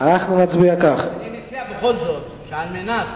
אנחנו נצביע כך, אני מציע בכל זאת, על מנת